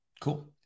Cool